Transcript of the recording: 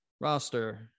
roster